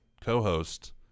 co-host